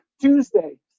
Tuesday